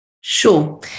Sure